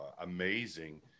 amazing